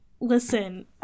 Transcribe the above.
listen